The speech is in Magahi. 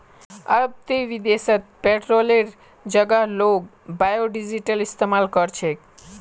अब ते विदेशत पेट्रोलेर जगह लोग बायोडीजल इस्तमाल कर छेक